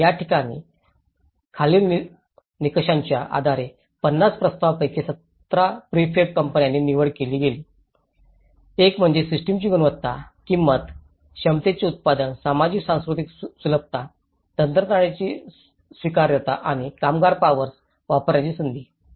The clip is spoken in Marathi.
आणि या ठिकाणी खालील निकषांच्या आधारे 50 प्रस्तावांपैकी 17 प्रीफेब कंपन्यांची निवड केली गेली आहे एक म्हणजे सिस्टमची गुणवत्ता किंमत क्षमतेचे उत्पादन सामाजिक सांस्कृतिक सुलभता तंत्रज्ञानाची स्वीकार्यता आणि कामगार पॉवर्स वापरण्याची संधी